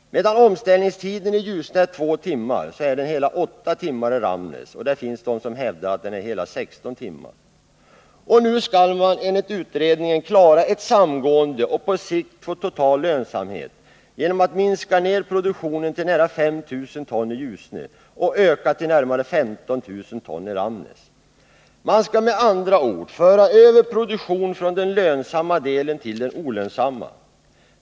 Medan omställningstiden är 2 timmar i Ljusne, så är den 8 timmar i Ramnäs, och det finns de som hävdar att den är hela 16 timmar. Nu skall man enligt utredningen klara ett samgående och på sikt få total lönsamhet genom att minska ner produktionen till nära 5 000 ton i Ljusne och öka till närmare 15 000 ton i Ramnäs. Man skall med andra ord föra över produktion från den lönsamma delen till den olönsamma.